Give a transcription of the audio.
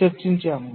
చర్చించాము